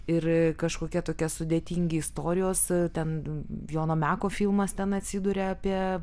ir kažkokia tokia sudėtingi istorijos ten jono meko filmas ten atsiduria apie